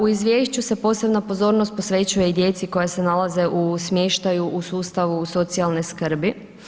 U izvješću se posebna pozornost posvećuje i djeci koja se nalaze u smještaju u sustavu socijalne skrbi.